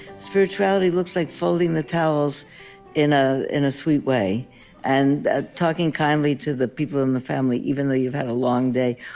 spirituality looks like folding the towels in ah in a sweet way and ah talking kindly to the people in the family even though you've had a long day.